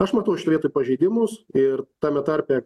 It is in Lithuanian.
aš matau šitoj vietoj pažeidimus ir tame tarpe